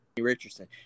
Richardson